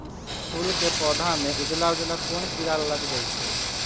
फूल के पौधा में उजला उजला कोन किरा लग जई छइ?